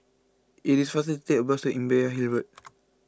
it is faster to take the bus to Imbiah Hill Road